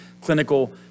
clinical